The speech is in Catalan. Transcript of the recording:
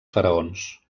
faraons